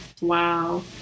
Wow